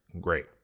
Great